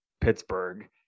pittsburgh